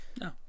No